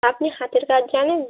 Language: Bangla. আপনি হাতের কাজ জানেন